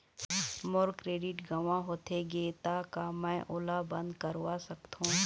मोर credit गंवा होथे गे ता का मैं ओला बंद करवा सकथों?